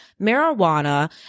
marijuana